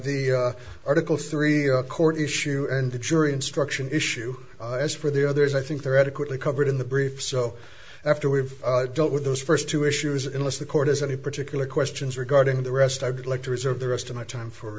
the article three court issue and the jury instruction issue as for the others i think there adequately covered in the brief so after we've dealt with those first two issues in this the court has any particular questions regarding the rest i'd like to reserve the rest of my time for